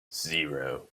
zero